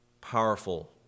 powerful